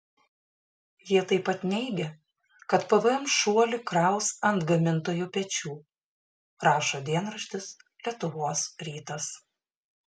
jie taip pat neigia kad pvm šuolį kraus ant gamintojų pečių rašo dienraštis lietuvos rytas